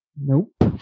Nope